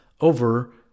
over